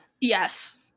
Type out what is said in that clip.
Yes